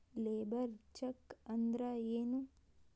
Labour check ಅಂದ್ರ ಏನು?